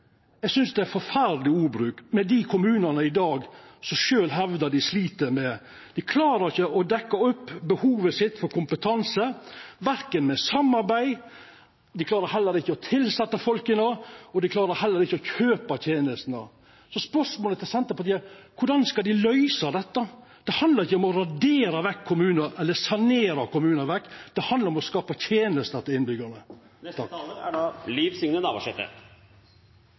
Eg synest ordbruken er forferdeleg overfor dei kommunane som i dag sjølve hevdar dei slit. Dei klarer ikkje dekkja behovet sitt for kompetanse gjennom samarbeid. Dei klarar heller ikkje å tilsette folk eller å kjøpa tenestene. Spørsmålet til Senterpartiet er: Korleis skal dei løysa dette? Det handlar ikkje om å radera vekk eller sanera vekk kommunar. Det handlar om å skapa tenester til innbyggjarane. Det høyrest ut på regjeringspartia som små kommunar er